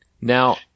Now